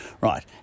Right